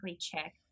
check